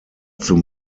zum